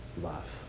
love